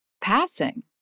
passing